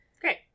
Great